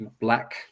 black